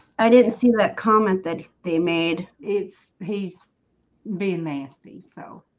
i didn't see that comment that they made it's he's being nasty, so